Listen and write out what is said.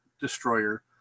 destroyer